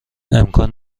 امکان